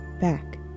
back